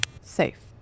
safe